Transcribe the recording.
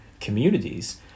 communities